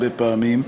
הרבה פעמים,